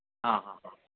हा हा हा